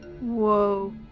Whoa